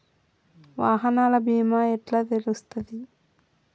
వాహనాల బీమా ఎట్ల తెలుస్తది?